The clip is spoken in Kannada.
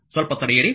ಸ್ವಲ್ಪ ತಡೆಯಿರಿ